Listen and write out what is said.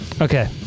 Okay